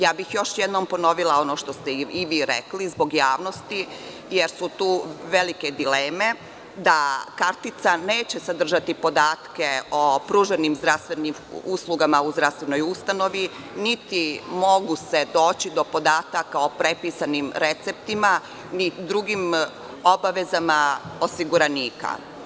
Ja bih još jednom ponovila ono što ste i vi rekli zbog javnosti, jer su tu velike dileme, da kartica neće sadržati podatke o pružanim zdravstvenim uslugama u zdravstvenoj ustanovi, niti mogu doći do podataka o prepisanim receptima ni drugim obavezama osiguranika.